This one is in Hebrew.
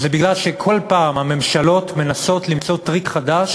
שכל פעם הממשלות מנסות למצוא טריק חדש